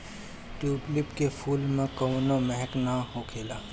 tulip के फूल में कवनो महक नाइ होखेला